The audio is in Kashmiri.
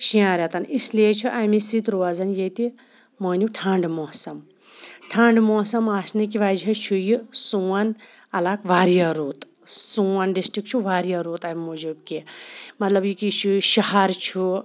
شیٚن ریٚتَن اِسلیے چھُ امہِ سۭتۍ روزان ییٚتہِ مٲنِو ٹھَنٛڈ موسَم ٹھَنٛڈ موسَم آسنہٕ کِنۍ وَجہ چھُ یہِ سون عَلاقہٕ واریاہ رُت سون ڈِسٹرک چھُ واریاہ رُت امہِ موٗجوٗب کہِ مَطلَب یہِ کہِ یہِ چھُ شَہَر چھُ